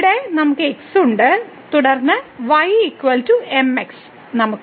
ഇവിടെ നമുക്ക് x ഉണ്ട് തുടർന്ന് y mx